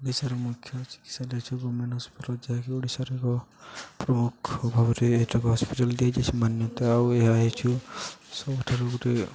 ଓଡ଼ିଶାର ମୁଖ୍ୟ ଚିକିତ୍ସା ହେଉଛି ଗଭର୍ଣ୍ଣମେଣ୍ଟ ହସ୍ପିଟାଲ ଯାହାକି ଓଡ଼ିଶାର ଏକ ପ୍ରମୁଖ ଭାବରେ ଏଇଟାକୁ ହସ୍ପିଟାଲ ଦେଇଛି ସେ ମାନ୍ୟତା ଆଉ ଏହା ହେଉଛି ସବୁଠାରୁ ଗୋଟେ